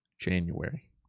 January